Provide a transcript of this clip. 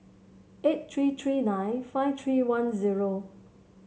eight three three nine five three one